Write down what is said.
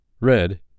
Red